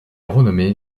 renommé